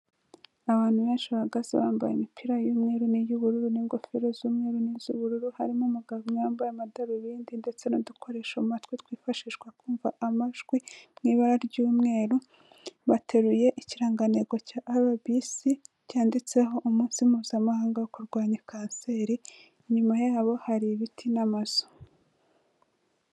Abantu benshi bahagaze bambaye imipira y'umweru niy'ubururu, n'ingofero z'umweru n'iz'ubururu, harimo umugabo umwe wambaye amadarubindi ,ndetse n'udukoresho amatwi twifashishwa kumva amajwi mu ibara ry'umweru, bateruye ikirangantego cya arabisi, cyanditseho umunsi mpuzamahanga wo kurwanya kanseri, inyuma yabo hari ibiti n'amazu.